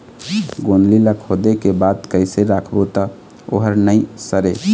गोंदली ला खोदे के बाद कइसे राखबो त ओहर नई सरे?